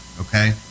Okay